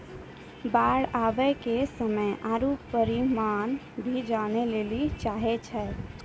बाढ़ आवे के समय आरु परिमाण भी जाने लेली चाहेय छैय?